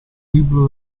libro